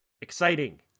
Exciting